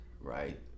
right